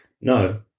No